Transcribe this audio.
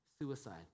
suicide